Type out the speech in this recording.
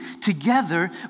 together